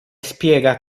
spiega